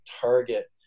target